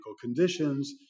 conditions